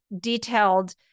detailed